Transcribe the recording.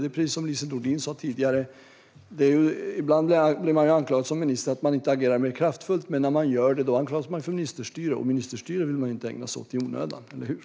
Det är precis som Lise Nordin sa tidigare: Ibland blir man som minister anklagad för att man inte agerar mer kraftfull, men när man gör det anklagas man för ministerstyre. Och ministerstyre vill man inte ägna sig åt i onödan, eller hur?